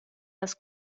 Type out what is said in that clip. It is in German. das